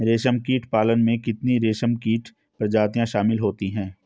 रेशमकीट पालन में कितनी रेशमकीट प्रजातियां शामिल होती हैं?